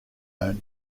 owned